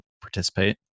participate